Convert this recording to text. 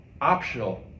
optional